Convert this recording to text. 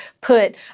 put